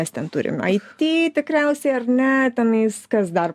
mes ten turim it tikriausiai ar ne tenais kas dar